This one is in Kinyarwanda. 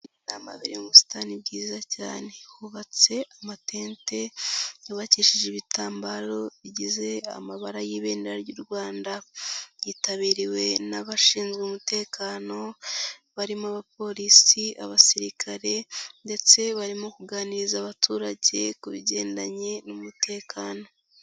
Inama yabereye mu busitani bwiza cyane hubatse amatente yubakishije ibitambaro bigize amabara y'ibendera ry'u Rwanda, yitabiriwe n'abashinzwe umutekano barimo Abapolisi, Abasirikare ndetse barimo kuganiriza abaturage ku bigendanye n'umutekano.